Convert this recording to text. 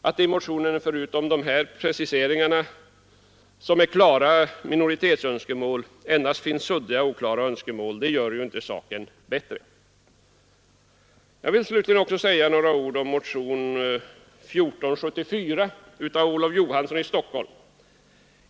Att motionen förutom dessa preciseringar, som är klara minoritetsönskemål, endast innehåller suddiga och oklara önskemål gör inte saken bättre. Jag vill slutligen också säga några ord om motionen 1474 av herr Olof Johansson i Stockholm.